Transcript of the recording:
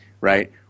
right